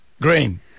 Green